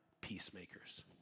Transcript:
peacemakers